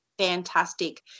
fantastic